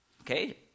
okay